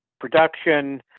production